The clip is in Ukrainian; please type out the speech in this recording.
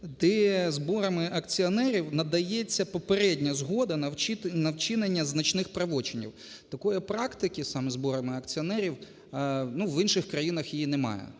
де зборами акціонерів надається попередня згода на вчинення значних правочинів. Такої практики саме зборами акціонерів, ну, в інших країнах її немає,